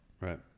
Right